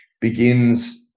begins